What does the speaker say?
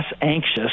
anxious